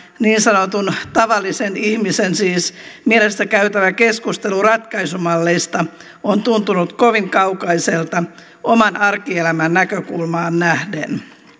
niin sanotun tavallisen ihmisen siis mielestä käytävä keskustelu ratkaisumalleista on tuntunut kovin kaukaiselta oman arkielämän näkökulmaan nähden